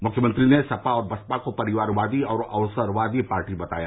मुख्यमंत्री ने सपा और बसपा को परिवारवादी और अवसरवादी पार्टी बताया